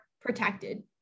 protected